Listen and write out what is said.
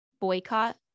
boycott